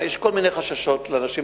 יש כל מיני חששות לנשים.